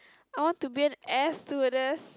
I want to be an air stewardess